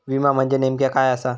विमा म्हणजे नेमक्या काय आसा?